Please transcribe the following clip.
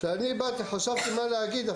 אני באתי וחשבתי מה להגיד.